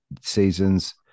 seasons